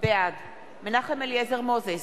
בעד מנחם אליעזר מוזס,